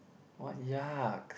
what yuck